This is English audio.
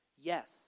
Yes